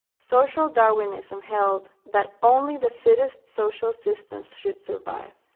social darwinism held that only the fittest social systems should survive.